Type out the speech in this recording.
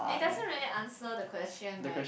and it doesn't really answer the question right